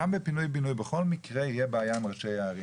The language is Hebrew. גם בפינוי-בינוי בכל מקרה תהיה בעיה עם ראשי הערים.